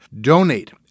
Donate